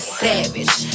savage